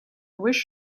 wish